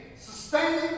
sustaining